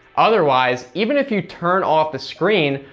otherwise, even if you turn off the screen,